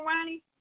Ronnie